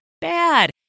bad